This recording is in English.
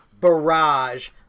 barrage